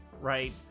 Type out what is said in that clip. Right